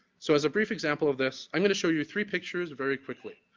so as a brief example of this, i'm going to show you three pictures very quickly.